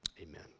amen